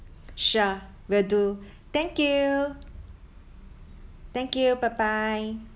sure will do thank you thank you bye bye